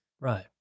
Right